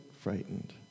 frightened